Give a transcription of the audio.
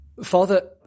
Father